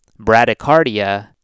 bradycardia